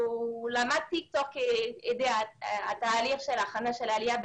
למדתי תוך כדי התהליך של הכנת העלייה,